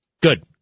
Good